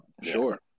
sure